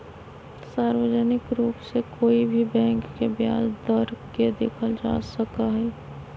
सार्वजनिक रूप से कोई भी बैंक के ब्याज दर के देखल जा सका हई